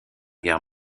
guerre